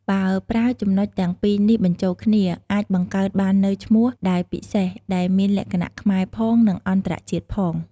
បើប្រើចំណុចទាំងពីរនេះបញ្ចូលគ្នា អាចបង្កើតបាននូវឈ្មោះដែលពិសេស ដែលមានលក្ខណៈខ្មែរផង និង អន្តរជាតិផង។